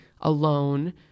alone